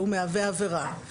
והוא מהווה עבירה,